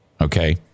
Okay